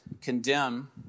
condemn